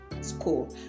school